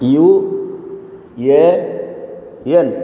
U A N